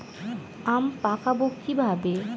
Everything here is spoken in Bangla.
আম পাকাবো কিভাবে?